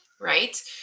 Right